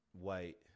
white